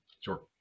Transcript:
sure